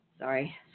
Sorry